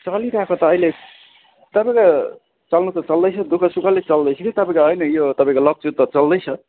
चलिरहेको त अहिले तपाईँको चल्नु त चल्दैछ दु खसुखले चल्दैछ कि तपाईँको होइन यो तपाईँको लप्चू त चल्दैछ